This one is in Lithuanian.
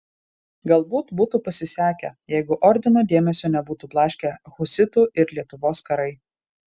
galbūt būtų pasisekę jeigu ordino dėmesio nebūtų blaškę husitų ir lietuvos karai